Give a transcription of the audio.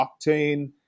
octane